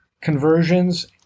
conversions